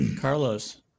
Carlos